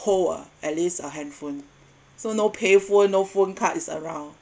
hold uh at least a handphone so no payphone no phone card is around